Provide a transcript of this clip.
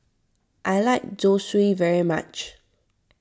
I like Zosui very much